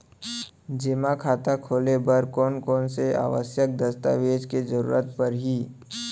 जेमा खाता खोले बर कोन कोन से आवश्यक दस्तावेज के जरूरत परही?